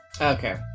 Okay